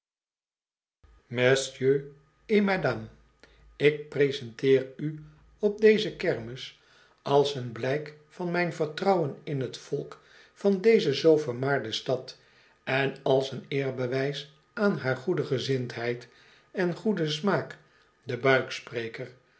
messieurs et mesdames ik presenteer u op deze kermis als een blijk van mijn vertrouwen in t volk van deze zoo vermaarde stad en als een eerbewijs aan haar goede gezindheid en goeden smaak den